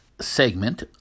segment